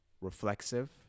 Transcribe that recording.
reflexive